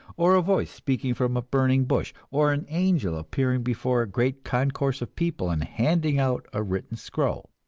or a voice speaking from a burning bush, or an angel appearing before a great concourse of people and handing out a written scroll.